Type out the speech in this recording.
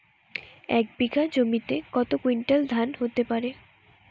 এক বিঘা জমিতে কত কুইন্টাল ধান হতে পারে?